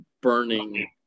burning